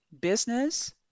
business